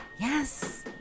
Yes